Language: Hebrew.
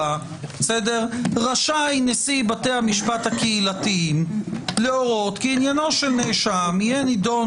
לאופציה הזאת מכיוון שלא מתוארת כאן הסיטואציה של להעביר למקום